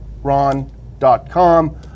ron.com